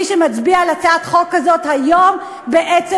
מי שמצביע על הצעת החוק הזאת היום בעצם